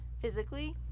physically